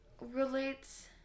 relates